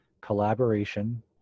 collaboration